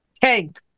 Tank